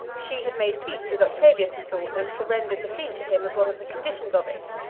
she had made peace with octavius, he thought, and surrendered the fleet to him as one of the conditions of it.